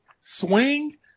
swing